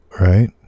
right